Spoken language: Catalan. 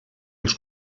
als